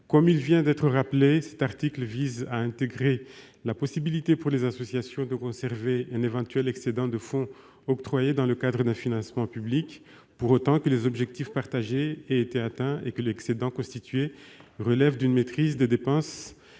Comme cela vient d'être rappelé, cet article vise à intégrer la possibilité, pour les associations, de conserver un éventuel excédent de fonds octroyés dans le cadre d'un financement public, pour autant que les objectifs partagés aient été atteints et que l'excédent constitué relève d'une maîtrise des dépenses